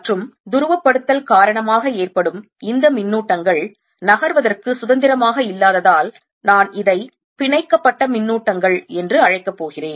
மற்றும் துருவப்படுத்தல் காரணமாக ஏற்படும் இந்த மின்னூட்டங்கள் நகர்வதற்கு சுதந்திரமாக இல்லாததால் நான் இதை பிணைக்கப்பட்ட மின்னூட்டங்கள் என்று அழைக்கப் போகிறேன்